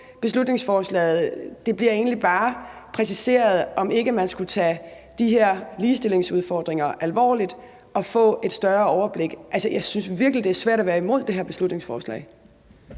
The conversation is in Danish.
beslutningsforslaget. Det bliver egentlig bare præciseret, om ikke man skulle tage de her ligestillingsudfordringer alvorligt og få et større overblik. Jeg synes virkelig, det er svært at være imod det her beslutningsforslag.